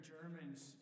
Germans